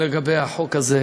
לגבי החוק הזה,